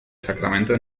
sacramento